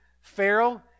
Pharaoh